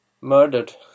murdered